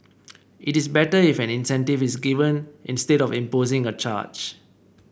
it is better if an incentive is given instead of imposing a charge